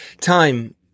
time